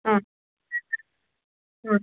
ಹಾಂ ಹಾಂ